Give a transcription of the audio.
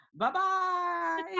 Bye-bye